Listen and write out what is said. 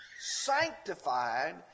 sanctified